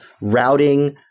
routing